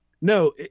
No